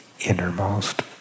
innermost